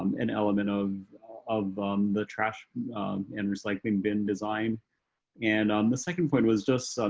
um an element of of the trash and recycling bin design and um the second point was just, so